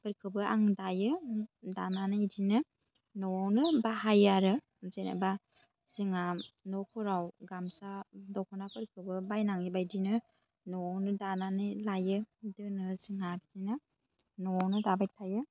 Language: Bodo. फोरखौबो आं दायो दानानै बिदिनो न'आवनो बाहायो आरो जेनेबा जोंहा न'फोराव गामसा दख'नाफोरखौ बायनाङि बायदिनो न'आवनो दानानै लायो दोनो जोंहा बिदिनो न'आवनो दाबाय थायो